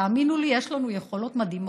תאמינו לי, יש לנו יכולות מדהימות.